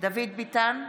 דוד ביטן,